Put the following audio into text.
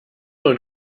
und